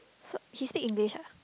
so he speak English ah